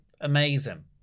amazing